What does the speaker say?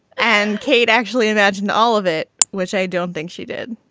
and kate actually imagined all of it which i don't think she did.